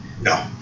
No